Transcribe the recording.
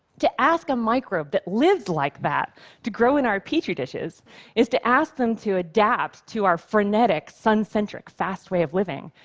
to ask a microbe that lives like that to grow in our petri dishes is to ask them to adapt to our frenetic, sun-centric, fast way of living,